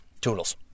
Toodles